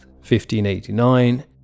1589